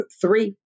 three